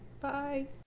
Bye